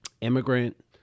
immigrant